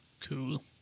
Cool